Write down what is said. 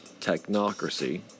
technocracy